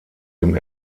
dem